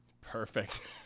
Perfect